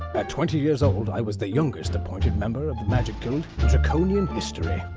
at twenty years old, i was the youngest appointed member of the magic guild in draconian history.